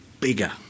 bigger